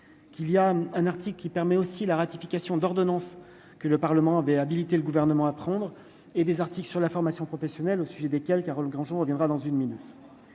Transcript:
qu'il y a un article qui permet aussi la ratification d'ordonnances, que le Parlement habilité le gouvernement à prendre et des articles sur la formation professionnelle au sujet desquels Carole Grandjean on reviendra dans une minute,